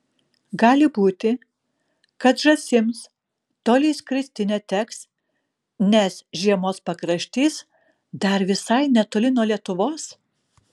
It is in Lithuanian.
gali būti kad žąsims toli skristi neteks nes žiemos pakraštys dar visai netoli nuo lietuvos